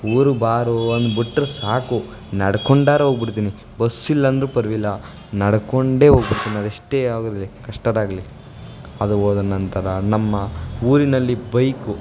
ಊರಿಗೆ ಬಾರೋ ಅಂದ್ಬಿಟ್ಟರೆ ಸಾಕು ನಡ್ಕೊಂಡಾರೆ ಹೋಗ್ಬಿಡ್ತೀನಿ ಬಸ್ಸಿಲ್ಲ ಅಂದರೂ ಪರ್ವಾಗಿಲ್ಲ ನಡ್ಕೊಂಡೆ ಹೋಗ್ಬುಡ್ತಿನ್ ಅದೆಷ್ಟೇ ಆಗಲಿ ಕಷ್ಟರಾಗಲಿ ಅದು ಹೋದ ನಂತರ ನಮ್ಮ ಊರಿನಲ್ಲಿ ಬೈಕು